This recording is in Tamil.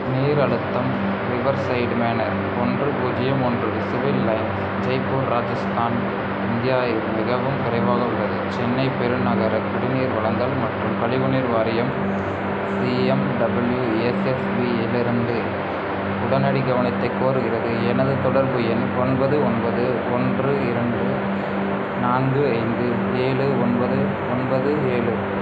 நீர் அழுத்தம் ரிவர்சைட் மேனர் ஒன்று பூஜ்ஜியம் ஒன்று Civil Lines Jaipur Rajasthan India இல் மிகவும் குறைவாக உள்ளது சென்னை பெருநகர குடிநீர் வழங்கல் மற்றும் கழிவுநீர் வாரியம் சிஎம்டபிள்யூஎஸ்எஸ்பி இலிருந்து உடனடி கவனத்தை கோருகிறது எனது தொடர்பு எண் ஒன்பது ஒன்பது ஒன்று இரண்டு நான்கு ஐந்து ஏழு ஒன்பது ஒன்பது ஏழு